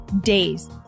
days